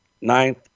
ninth